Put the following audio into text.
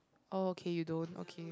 okay you don't okay